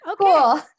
Cool